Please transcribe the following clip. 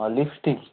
ହଁ ଲିପଷ୍ଟିକ୍